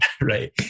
Right